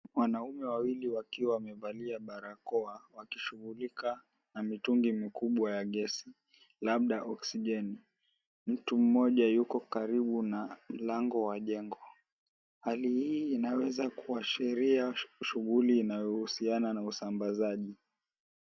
Wanaume wawili wakiwa wamevaa barakoa wakishughulika na mitungi mikubwa ya gesi labda oxigeni , mtu mmoja yuko karibu na lango wa jengo , hali hii inaweza kuwa sheria au shughuli linalohusiana na usambazaji.